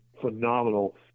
phenomenal